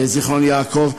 בזיכרון-יעקב,